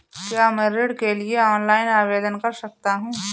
क्या मैं ऋण के लिए ऑनलाइन आवेदन कर सकता हूँ?